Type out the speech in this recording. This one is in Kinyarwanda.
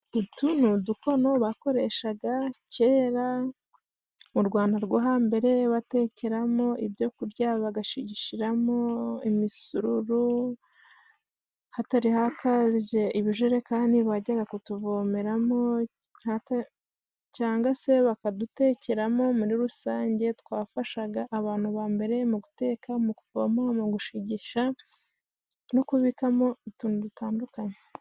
Utu nudukono bakoreshaga kera mu Rwanda rwo hambere, batekeramo ibyo kurya, bagashishiriramo imisururu, hatari hakaje ibijerekani bajyaga kutuvomeramo, canga se bakadutekeramo ,muri rusange twafashaga abantu ba mbere mu guteka, mu kuvoma, mu gushigisha, no kubikamo utuntu dutandukanye.